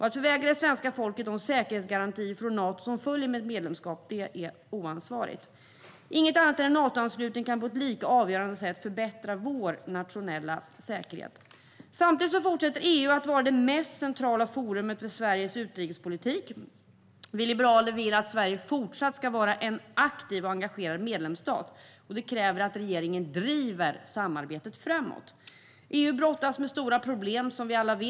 Att förvägra det svenska folket de säkerhetsgarantier från Nato som följer av ett medlemskap är oansvarigt. Inget annat än en Natoanslutning kan på ett lika avgörande sätt förbättra vår nationella säkerhet. Samtidigt fortsätter EU att vara det mest centrala forumet för Sveriges utrikespolitik. Vi liberaler vill att Sverige fortsatt ska vara en aktiv och engagerad medlemsstat. Det kräver att regeringen driver samarbetet framåt. EU brottas med stora problem, som vi alla vet.